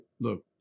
look